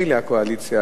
מילא הקואליציה,